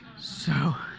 so